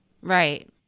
right